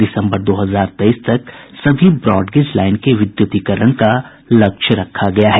दिसम्बर दो हजार तेईस तक सभी ब्रॉडगेज लाईन के विद्युतीकरण का लक्ष्य रखा गया है